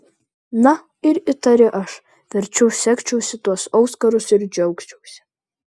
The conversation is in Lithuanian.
na ir įtari aš verčiau segčiausi tuos auskarus ir džiaugčiausi